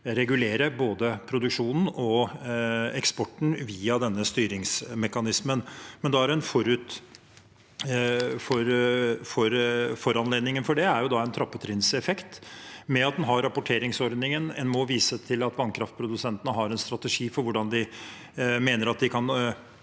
regulere både produksjonen og eksporten via denne styringsmekanismen. Foranledningen for det er en trappetrinnseffekt med at en har rapporteringsordningen. En må vise til at vannkraftprodusentene har en strategi for hvordan de mener de kan